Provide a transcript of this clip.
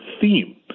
theme